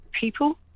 people